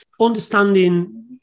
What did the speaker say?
understanding